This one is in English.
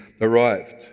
arrived